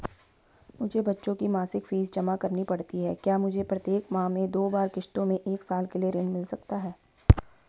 मुझे बच्चों की मासिक फीस जमा करनी पड़ती है क्या मुझे प्रत्येक माह में दो बार किश्तों में एक साल के लिए ऋण मिल सकता है?